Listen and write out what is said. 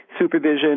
supervision